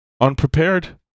unprepared